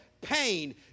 pain